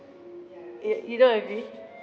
it you don't agree